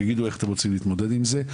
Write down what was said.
תגידו איך אתם רוצים להתמודד עם זה?